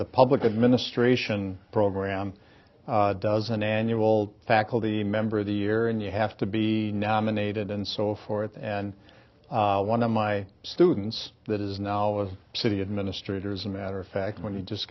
the public administration program does an annual faculty member the year and you have to be nominated and so forth and one of my students that is now a city administrator is a matter of fact when he just